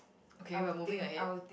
okay we are moving ahead